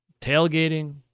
tailgating